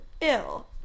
ill